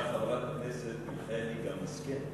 אמרה חברת הכנסת מיכאלי: גם מסכן.